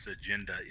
agenda